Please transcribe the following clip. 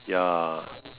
ya